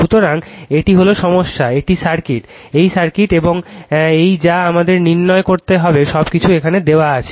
সুতরাং এটি হলো সমস্যা এই সার্কিট এই সার্কিট এবং এই যা আমাদের নির্ধারণ করতে হবে সবকিছু এখানে দেওয়া আছে